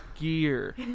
gear